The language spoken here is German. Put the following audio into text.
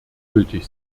gültig